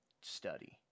study